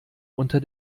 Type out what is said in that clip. unter